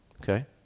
okay